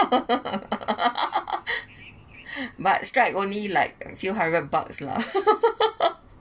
but strike only like few hundred bucks lah